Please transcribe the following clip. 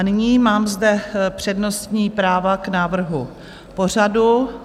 Nyní mám zde přednostní práva k návrhu pořadu.